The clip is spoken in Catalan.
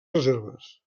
reserves